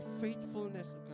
faithfulness